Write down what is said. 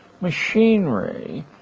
machinery